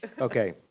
Okay